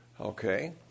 Okay